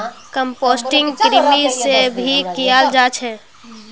composting कृमि से भी कियाल जा छे